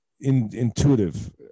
intuitive